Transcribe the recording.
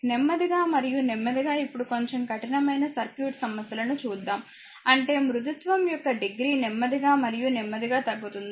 నెమ్మదిగా మరియు నెమ్మదిగా ఇప్పుడు కొంచెం కఠినమైన సర్క్యూట్ సమస్యలను చూద్దాము అంటే మృదుత్వం యొక్క డిగ్రీ నెమ్మదిగా మరియు నెమ్మదిగా తగ్గుతుంది